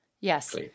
Yes